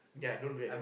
ya don't